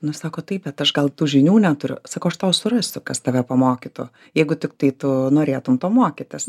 nu sako taip bet aš gal tų žinių neturiu sakau aš tau surasiu kas tave pamokytų jeigu tiktai tu norėtum to mokytis